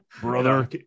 brother